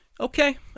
Okay